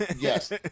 Yes